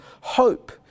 hope